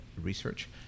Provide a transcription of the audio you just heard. research